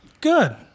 Good